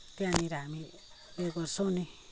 त्यहाँनिर हामी उयो गर्छौँ नि